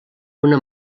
una